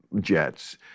jets